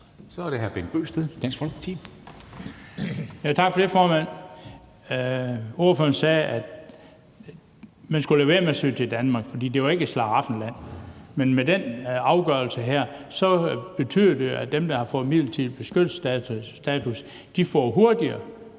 Forhandling Bent Bøgsted (DF): Tak for det, formand. Ordføreren sagde, at man skulle lade være med at søge til Danmark, for det var ikke et slaraffenland. Men med den afgørelse her betyder det, at dem, der har fået midlertidig beskyttelsesstatus, får hurtigere